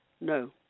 No